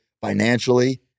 financially